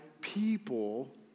people